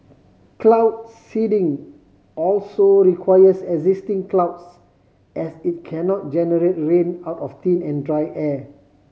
cloud seeding also requires existing clouds as it cannot generate rain out of thin and dry air